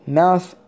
mouth